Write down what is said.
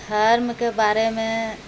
धर्मके बारेमे